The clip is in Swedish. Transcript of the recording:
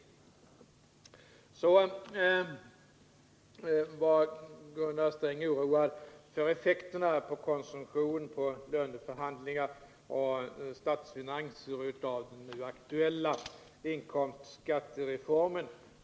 Sedan var Gunnar Sträng oroad för effekterna på konsumtion, löneförhandlingar och statsfinanser av den nu aktuella skattereformen.